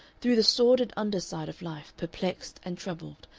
through the sordid under side of life, perplexed and troubled,